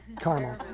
caramel